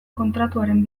kontratuaren